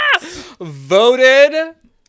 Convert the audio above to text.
voted